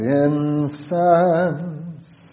incense